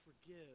forgive